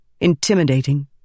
intimidating